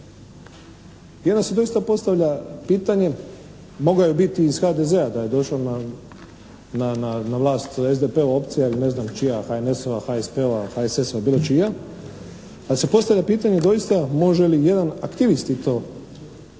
onda se doista postavlja pitanje, mogao je biti iz HDZ-a da je došla na vlast SDP-ova opcija ili ne znam čija, HNS-ova, HSP-ova, HSS-ova, bilo čija, al' se postavlja pitanje doista može li jedan aktivist i to visoko